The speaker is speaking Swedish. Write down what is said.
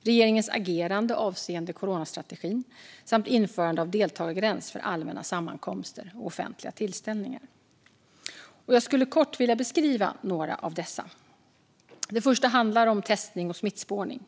regeringens agerande avseende coronastrategin samt införande av deltagargräns för allmänna sammankomster och offentliga tillställningar. Jag skulle kort vilja beskriva några av dessa ärenden. Det första handlar om testning och smittspårning.